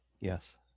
Yes